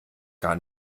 gar